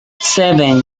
seven